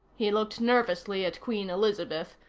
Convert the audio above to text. he looked nervously at queen elizabeth,